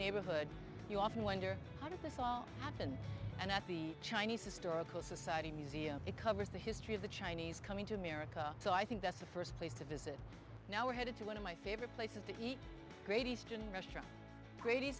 neighborhood you often wonder how did this all happen and at the chinese historical society museum it covers the history of the chinese coming to america so i think that's the first place to visit now we're headed to one of my favorite places to eat great eastern r